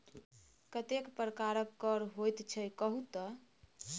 कतेक प्रकारक कर होइत छै कहु तए